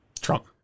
Trump